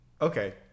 Okay